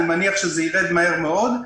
אני מניח שהמספר ירד מהר מאוד.